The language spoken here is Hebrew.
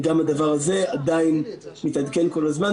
גם הדבר הזה עדיין מתעדכן כל הזמן,